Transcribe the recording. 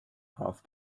half